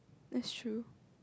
that's true